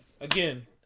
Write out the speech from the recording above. Again